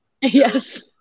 Yes